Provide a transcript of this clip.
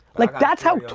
like that's how,